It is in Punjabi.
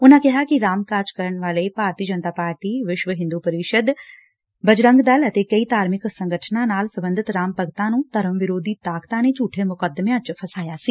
ਉਨੂਾਂ ਕਿਹਾ ਕਿ ਰਾਮ ਕਾਜ ਕਰਨ ਵਾਲੇ ਭਾਰਤੀ ਜਨਤਾ ਪਾਰਟੀ ਵਿਸ਼ਵ ਹਿੰਦੂ ਪਰਿਸ਼ਦ ਬਜਰੰਗ ਦਲ ਅਤੇ ਕਈ ਧਾਰਮਿਕ ਸੰਗਠਨਾਂ ਨਾਲ ਸਬੰਧਤ ਰਾਮ ਭਗਤਾਂ ਨੂੰ ਧਰਮ ਵਿਰੋਧੀ ਤਾਕਤਾਂ ਨੇ ਝੂਠੇ ਮੁਕਦਮਿਆਂ ਚ ਫਸਾਇਆ ਸੀ